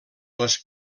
les